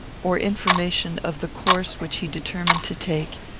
or information of the course which he determined to take,